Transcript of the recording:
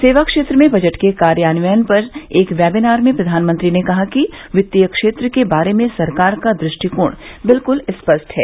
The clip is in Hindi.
सेवा क्षेत्र में बजट के कार्यान्वयन पर एक वेबीनार में प्रधानमंत्री ने कहा कि वित्तीय क्षेत्र के बारे में सरकार का दृष्टिकोण बिल्कुल स्पष्ट है